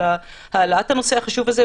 על העלאת הנושא החשוב הזה,